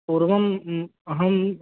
पूर्वम् अहम्